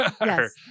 Yes